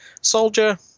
Soldier